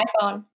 iPhone